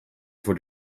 for